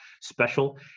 special